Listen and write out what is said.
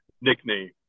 nickname